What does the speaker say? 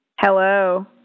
Hello